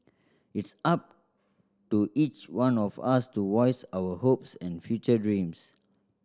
it's up to each one of us to voice our hopes and future dreams